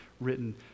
written